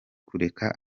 kureka